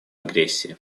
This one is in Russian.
агрессии